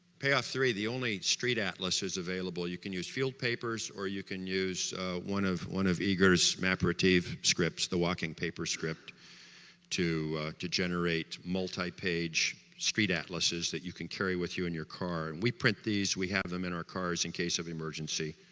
payoff three, the only street atlases available, you can use field papers, or you can use one of one of igor's mapertive scripts the walking papers script to to generate multi-page street atlases that you can carry with you in your car and we print these, we have them in our cars, in case of emergency